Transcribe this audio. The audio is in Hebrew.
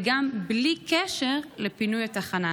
גם בלי קשר לפינוי התחנה.